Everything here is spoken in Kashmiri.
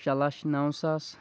شےٚ لچھ نوساس